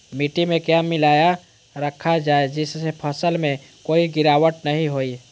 मिट्टी में क्या मिलाया रखा जाए जिससे फसल में कोई गिरावट नहीं होई?